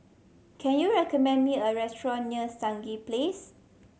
can you recommend me a restaurant near Stangee Place